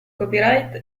copyright